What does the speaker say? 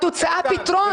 התוצאה פתרון.